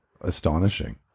astonishing